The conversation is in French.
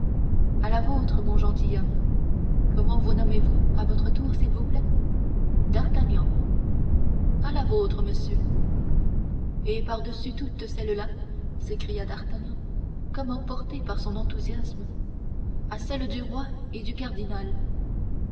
à la vôtre mon gentilhomme comment vous nommez-vous à votre tour s'il vous plaît d'artagnan à la vôtre monsieur d'artagnan et par-dessus toutes celles-là s'écria d'artagnan comme emporté par son enthousiasme à celle du roi et du cardinal